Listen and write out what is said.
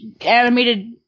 animated